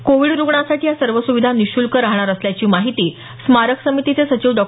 Covid रुग्णांसाठी या सर्व सुविधा निशुल्क राहणार असल्याची माहिती स्मारक समितीचे सचिव डॉ